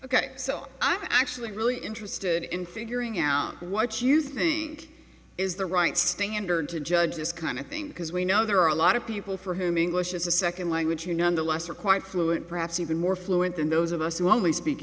ok so i'm actually really interested in figuring out what you think is the right standard to judge this kind of thing because we know there are a lot of people for whom english is a second language you nonetheless are quite fluent perhaps even more fluent than those of us who only speak